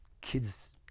kids